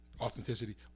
authenticity